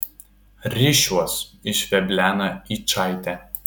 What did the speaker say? rišiuos išveblena yčaitė